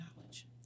knowledge